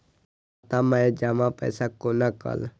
खाता मैं जमा पैसा कोना कल